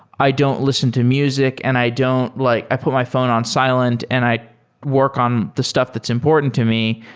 i don't listen to music and i don't like i put my phone on silent and i work on the stuff that's important to me,